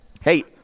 Hey